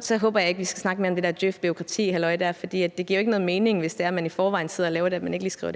Så håber jeg ikke, at vi skal snakke mere om det der halløj med djøf og bureaukrati, for det giver jo ikke nogen mening, hvis det er, at man i forvejen sidder og laver det, at man så ikke lige skriver det ind